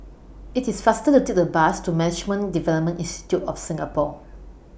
IT IS faster to Take The Bus to Management Development Institute of Singapore